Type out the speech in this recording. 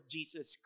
Jesus